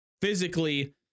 physically